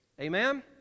Amen